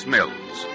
Mills